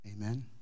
Amen